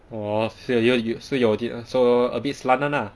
orh so so your so a bit slant [one] lah